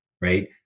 right